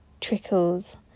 trickles